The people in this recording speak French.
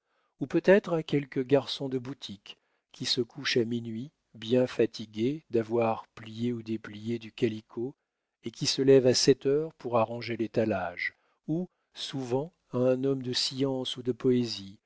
ou peut-être à quelque garçon de boutique qui se couche à minuit bien fatigué d'avoir plié ou déplié du calicot et qui se lève à sept heures pour arranger l'étalage ou souvent à un homme de science ou de poésie